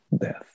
death